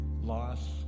loss